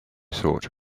thought